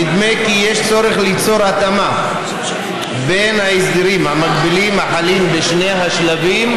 נדמה כי יש צורך ליצור התאמה בין ההסדרים המגבילים החלים בשני השלבים,